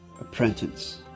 apprentice